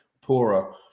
poorer